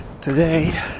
today